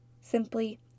simply